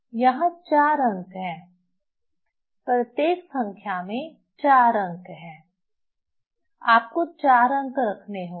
जहां 4 अंक हैं प्रत्येक संख्या में 4 अंक हैं संदर्भ समय 4508 आपको 4 अंक रखने होंगे